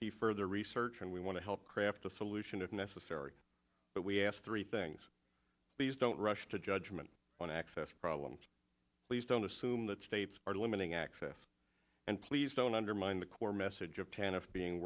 see further research and we want to help craft a solution if necessary but we ask three things these don't rush to judgment on access problems please don't assume that states are limiting access and please don't undermine the core message of tennis being